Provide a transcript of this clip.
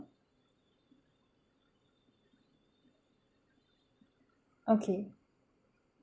okay